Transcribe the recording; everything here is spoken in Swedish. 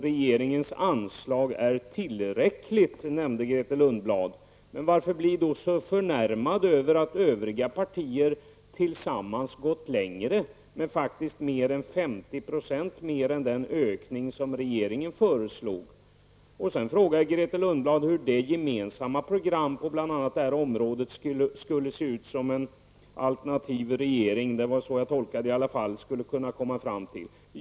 Regeringens anslag är tillräckligt, sade Grethe Lundblad. Varför då bli så förnärmad över att andra partier tillsammans gått längre och faktiskt föreslagit mer än 50 % utöver regeringens förslag? Sedan frågade Grethe Lundblad hur det gemensamma programmet på bl.a. det här området skulle se ut som en annan regering -- det var i alla fall så jag tolkade det -- skulle komma fram till.